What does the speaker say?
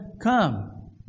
come